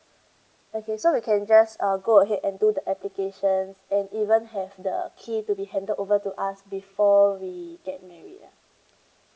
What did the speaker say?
okay so we can just uh go ahead and do the application and even have the key to be handed over to us before we get married ah